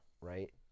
right